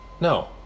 No